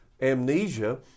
amnesia